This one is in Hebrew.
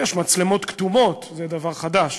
יש מצלמות כתומות, זה דבר חדש,